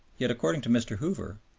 yet, according to mr. hoover,